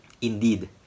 Indeed